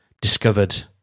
discovered